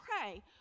pray